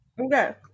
Okay